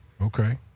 Okay